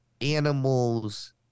animals